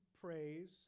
praise